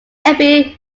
appear